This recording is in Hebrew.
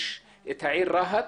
יש את העיר רהט